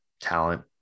talent